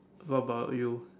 what about you